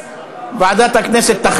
הכנסת.